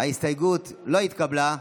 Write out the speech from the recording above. ההסתייגות לא התקבלה.